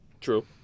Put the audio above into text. True